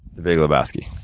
the big lebowski.